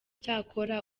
cyakora